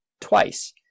twice